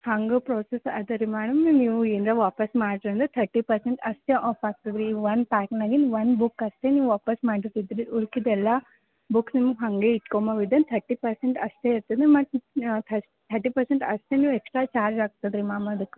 ಹಂಗೆ ಪ್ರೋಸೆಸ್ ಅದ ರೀ ಮೇಡಮ್ ನೀವು ಏನರ ವಾಪಸ್ ಮಾಡ್ದಂದ್ರೆ ತರ್ಟಿ ಪರ್ಸೆಂಟ್ ಅಷ್ಟೆ ಆಫ್ ಆಗ್ತದೆ ರೀ ಒಂದು ಪ್ಯಾಕ್ನಲ್ಲಿ ನೀವು ಒಂದು ಬುಕ್ ಅಷ್ಟೆ ವಾಪಸ್ ಮಾಡೋದ್ ಇದ್ದರೆ ಉಳ್ದಿದೆಲ್ಲ ಬುಕ್ಸ್ ನಿಮ್ಮ ಹಾಗೆ ಇಡ್ಕೊಬೋದು ತರ್ಟಿ ಪರ್ಸೆಂಟ್ ಅಷ್ಟೆ ಇರ್ತದೆ ಮತ್ತು ತರ್ಟಿ ಪರ್ಸೆಂಟ್ ಅಷ್ಟೆ ನೀವು ಎಕ್ಸ್ಟ್ರಾ ಚಾರ್ಜ್ ಆಗ್ತದೆ ರೀ ಮ್ಯಾಮ್ ಅದಕ್ಕೆ